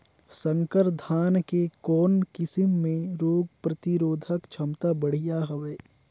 संकर धान के कौन किसम मे रोग प्रतिरोधक क्षमता बढ़िया हवे?